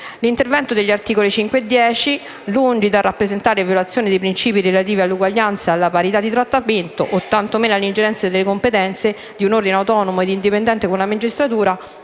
L'intervento degli articoli 5 e 10 del decreto-legge, lungi dal rappresentare violazioni dei principi relativi all'uguaglianza e alla parità di trattamento, tantomeno ingerenze nelle competenze di un ordine autonomo ed indipendente come la magistratura,